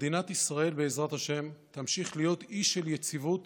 מדינת ישראל, בעזרת השם, תמשיך להיות אי של יציבות